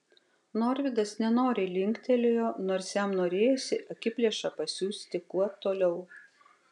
norvydas nenoriai linktelėjo nors jam norėjosi akiplėšą pasiųsti kuo toliau